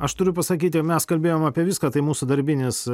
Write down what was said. aš turiu pasakyti mes kalbėjom apie viską tai mūsų darbinis